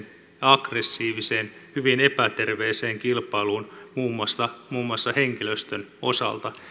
aggressiiviseen hyvin epäterveeseen kilpailuun muun muassa muun muassa henkilöstön osalta